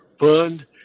fund